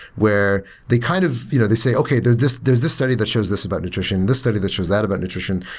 where they kind of you know they say, there's this there's this study that shows this about nutrition, this study that shows that about nutrition.